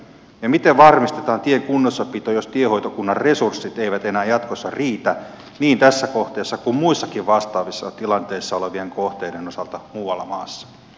ja miten varmistetaan tien kunnossapito jos tienhoitokunnan resurssit eivät enää jatkossa riitä niin tässä kohteessa kuin muidenkaan vastaavissa tilanteissa olevien kohteiden osalta muualla maassa